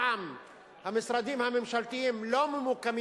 המשרדים הממשלתיים לא ממוקמים